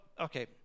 okay